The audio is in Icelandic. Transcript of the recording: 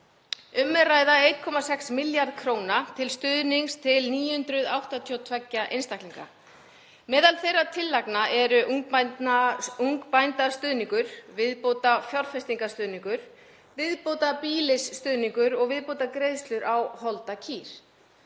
að ræða 1,6 milljarða kr. stuðning til 982 einstaklinga. Meðal þeirra tillagna eru ungbændastuðningur, viðbótarfjárfestingarstuðningur, viðbótarbýlisstuðningur og viðbótargreiðslur á holdakýr.